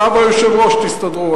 אתה והיושב-ראש תסתדרו,